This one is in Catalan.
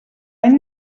any